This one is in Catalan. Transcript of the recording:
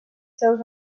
seus